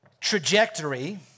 Trajectory